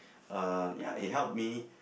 uh ya it helped me